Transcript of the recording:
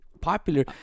popular